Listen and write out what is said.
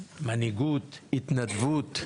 במנהיגות, התנדבות,